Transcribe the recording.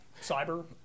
cyber